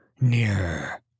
nearer